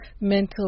mental